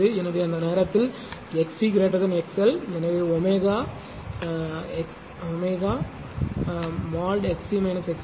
எனவே அந்த நேரத்தில் XC XL எனவே ω 1 XC XL R இல்